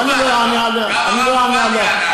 אני לא אענה עליה,